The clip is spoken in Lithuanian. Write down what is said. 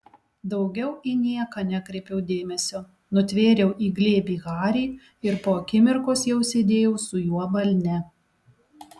daugiau į nieką nekreipiau dėmesio nutvėriau į glėbį harį ir po akimirkos jau sėdėjau su juo balne